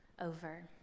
over